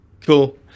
cool